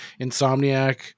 insomniac